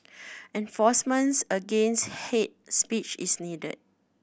enforcement against hate speech is needed